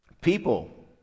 People